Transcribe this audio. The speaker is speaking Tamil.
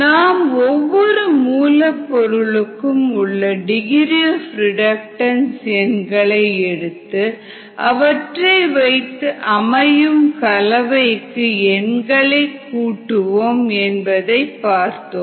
நாம் ஒவ்வொரு மூல பொருளுக்கும் உள்ள டிகிரி ஆப் ரிடக்டன்ஸ் எண்களை எடுத்து அவற்றை வைத்து அமையும் கலவைக்கு எண்களை கூட்டுவோம் என்பதைப் பார்த்தோம்